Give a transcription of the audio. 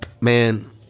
man